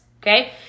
Okay